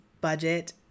budget